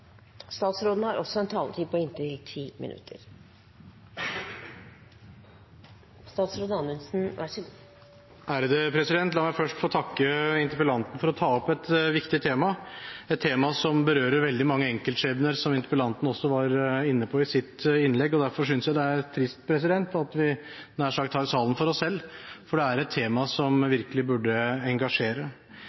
La meg først få takke interpellanten for å ta opp et viktig tema, et tema som berører veldig mange enkeltskjebner, som interpellanten også var inne på i sitt innlegg, og derfor synes jeg det er trist at vi nær sagt har salen for oss selv, for dette er et tema som virkelig burde engasjere.